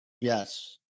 Yes